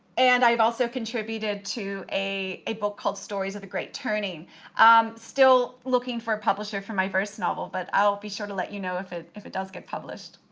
and i've also contributed to a a book called stories of the great turning still looking for a publisher for my first novel, but i'll sure to let you know if it if it does get published.